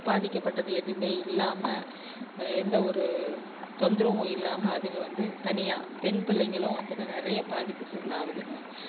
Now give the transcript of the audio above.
பாதிக்கப்பட்டது எதுவுமே இல்லாமல் எந்த ஒரு தொந்தரவும் இல்லாமல் அதுங்க வந்து தனியாக பெண் பிள்ளைங்களும் வந்துவிட்டு நிறைய பாதிப்புக்கு உள்ளாவுதுங்க